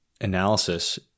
analysis